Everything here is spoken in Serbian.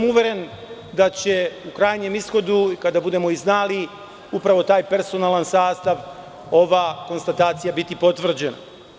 Uveren sam da će u krajnjem ishodu, kada budemo i znali taj personalan sastav, ova konstatacija biti potvrđena.